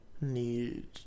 need